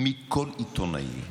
מכל עיתונאי,